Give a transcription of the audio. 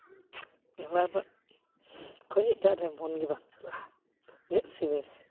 ᱱᱮᱦᱚᱲᱟᱜ ᱠᱷᱚᱱ ᱮᱴᱟᱜ ᱨᱮ ᱢᱚᱱᱜᱮ ᱵᱟᱝ ᱪᱟᱞᱟᱜᱼᱟ ᱩᱱᱟᱹᱜ ᱥᱤᱵᱤᱞ